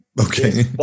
Okay